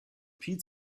pete